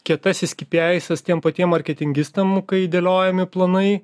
kietasis kipi aisas tiem patiem marketingistam kai dėliojami planai